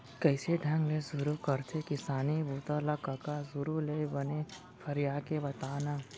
कइसे ढंग ले सुरू करथे किसानी बूता ल कका? सुरू ले बने फरिया के बता न